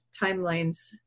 timelines